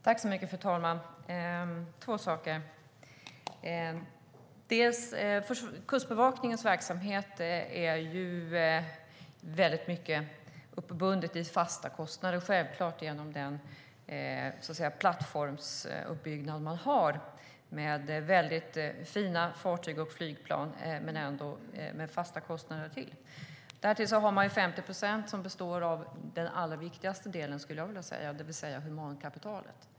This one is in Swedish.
Fru talman! Det är två saker. Kustbevakningens verksamhet är mycket uppbunden i fasta kostnader genom den plattformsuppbyggnad man har med väldigt fina fartyg och flygplan. Därtill har man 50 procent som består av den allra viktigaste delen, skulle jag vilja säga. Det är alltså humankapitalet.